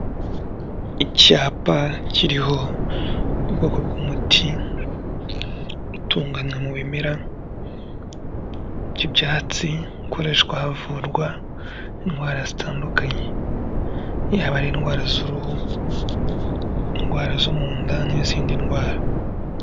Icyapa kiriho ubwoko bw'umuti utunganwa mu bimera by'ibyatsi ukoreshwa havurwa indwara zitandukanye, yaba ari indwara z'uruhu, indwara zo mu nda n'izindi ndwara.